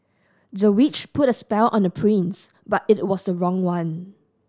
the witch put a spell on the prince but it was the wrong one